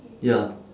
ya